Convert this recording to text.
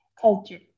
culture